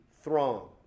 throng